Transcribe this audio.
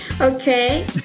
Okay